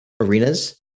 arenas